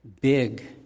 big